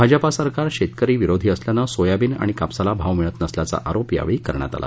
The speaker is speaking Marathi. भाजपा सरकार शेतकरी विरोधी असल्याने सोयाबीन आणि कापसाला भाव मिळत नसल्याचा आरोप यावेळी करण्यात आला